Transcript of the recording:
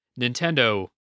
Nintendo